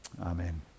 Amen